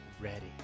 Ready